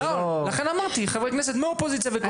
לכן אמרתי, חברי כנסת מאופוזיציה וקואליציה.